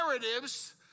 narratives